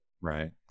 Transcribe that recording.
right